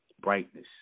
brightness